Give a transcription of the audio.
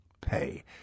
pay